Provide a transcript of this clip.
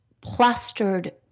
plastered